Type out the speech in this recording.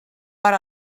per